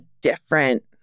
different